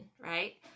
right